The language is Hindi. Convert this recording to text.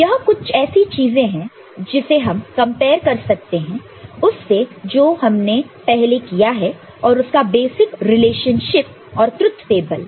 तो यह कुछ ऐसा चीज है जिसे हम कंपेयर कर सकते हैं उससे जो हमने पहले किया है और उसका बेसिक रिलेशनशिप और ट्रुथ टेबल